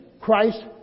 Christ